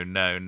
no